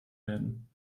werden